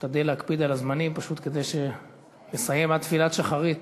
תשתדל להקפיד על הזמנים פשוט כדי שנסיים עד תפילת שחרית